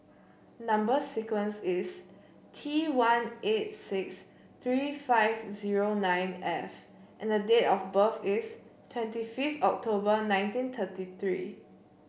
number sequence is T one eight six three five zero nine F and the date of birth is twenty fifth October nineteen thirty three